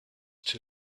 too